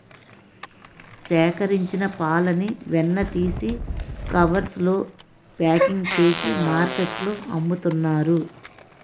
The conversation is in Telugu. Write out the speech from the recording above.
సేకరించిన పాలని వెన్న తీసి కవర్స్ లో ప్యాకింగ్ చేసి మార్కెట్లో అమ్ముతున్నారు